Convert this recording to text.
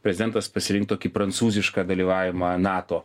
prezidentas pasirinkti tokį prancūzišką dalyvavimą nato